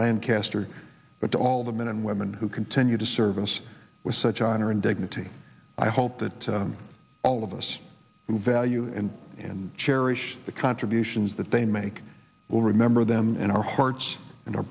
lancaster but to all the men and women who continue to service with such honor and dignity i hope that all of us who value and and cherish the contributions that they make well remember them in our hearts and our